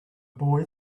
boy